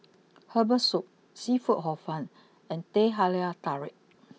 Herbal Soup Seafood Hor fun and Teh Halia Tarik